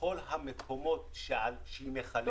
לכל המקומות שהיא מחלקת בהם.